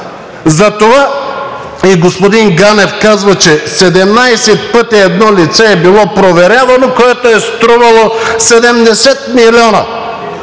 Затова и господин Ганев казва, че 17 пъти едно лице е било проверявано, което е струвало 70 милиона